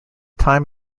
time